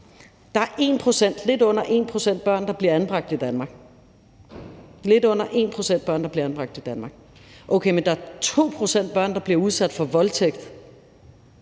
– lidt under 1 pct. af børnene, der bliver anbragt i Danmark. Okay, men der er 2 pct. af børnene, der bliver udsat for voldtægt